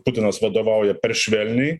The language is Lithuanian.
putinas vadovauja per švelniai